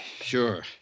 sure